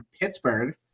Pittsburgh